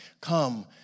come